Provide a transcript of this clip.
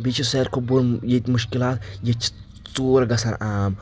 بییٚہِ چھِ ساروِی کھۄتہٕ بوٚڑ ییٚتہِ مُشکِلات ییٚتہِ چھِ ژور گژھان عام